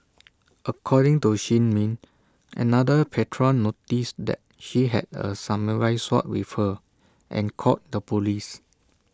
according to shin min another patron noticed that she had A samurai sword with her and called the Police